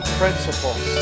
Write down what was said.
principles